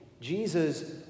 Jesus